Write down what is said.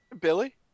Billy